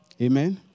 Amen